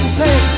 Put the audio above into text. pay